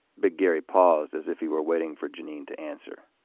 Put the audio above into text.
big gary paused as if he were waiting for jeanine to answer.